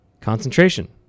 concentration